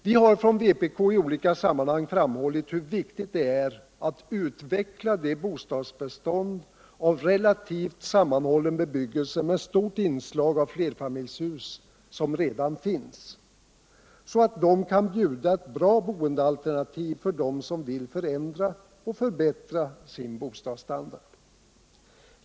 Vi har från vpk i olika sammanhang framhållit hur viktigt det är att utveckla det bostadsbestånd med relativt sammanhållen bebyggelse och med stort inslag av flerfamiljshus som redan finns, så att det kan bjuda ett bra boendealternativ för dem som vill förändra och förbättra sin bostadsstandard.